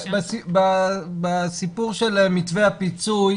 בסיפור של מתווה הפיצוי,